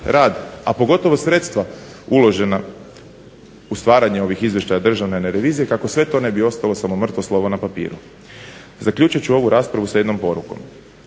rad, a pogotovo sredstva uložena u stvaranje ovih izvještaja državne revizije kako sve to ne bi ostalo samo mrtvo slovo na papiru. Zaključit ću ovu raspravu sa jednom porukom.